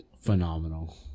phenomenal